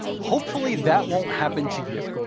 hopefully, that won't happen to you.